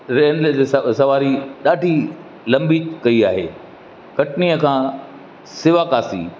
railway जे हिसाबु सवारी ॾाढी लंबी कई आहे कटनीअ खा शिवकाशी